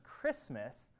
Christmas